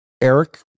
Eric